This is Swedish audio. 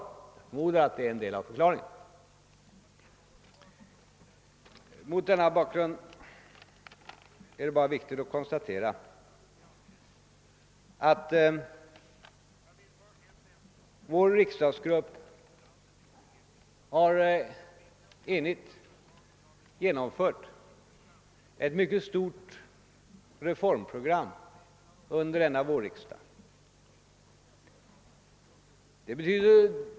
Jag förmodar att det är en del av förklaringen. Mot denna bakgrund är det bara att konstatera att vår riksdagsgrupp enhälligt har genomfört ett mycket stort reformprogram under denna vårriksdag.